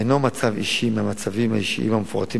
אינו מצב אישי מהמצבים האישיים המפורטים